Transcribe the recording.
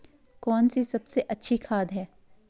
कौन सी सबसे अच्छी खाद है?